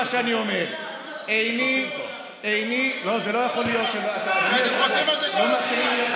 ילודה, אתם חוזרים על זה כל